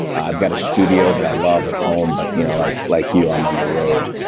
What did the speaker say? i've got a studio that i love at home, but you know like like you i'm on the road